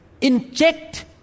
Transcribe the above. inject